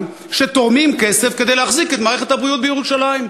שתורמים כסף כדי להחזיק את מערכת הבריאות בירושלים.